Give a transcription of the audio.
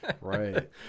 Right